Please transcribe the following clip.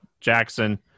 Jackson